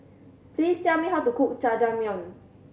please tell me how to cook Jajangmyeon